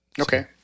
Okay